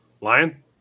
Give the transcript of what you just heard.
lion